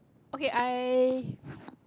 okay I